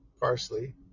parsley